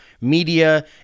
media